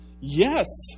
yes